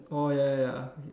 oh ya ya ya